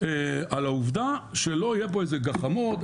על העובדה שלא יהיה פה איזשהם גחמות,